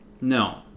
No